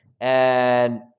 and-